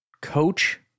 coach